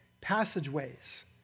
passageways